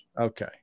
okay